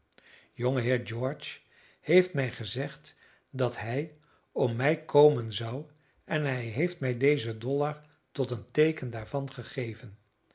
jongeheer george heeft mij gezegd dat hij om mij komen zou en hij heeft mij dezen dollar tot een teeken daarvan gegeven